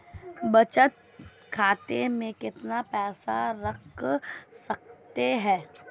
बचत खाते में कितना पैसा रख सकते हैं?